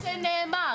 זה לא מה שנאמר.